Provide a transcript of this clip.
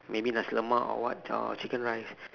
maybe nasi lemak or what or chicken rice